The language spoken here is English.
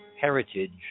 heritage